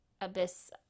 abyss